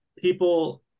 people